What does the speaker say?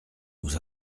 nous